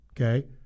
okay